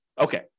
okay